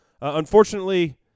Unfortunately